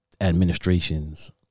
administrations